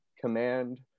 command